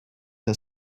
her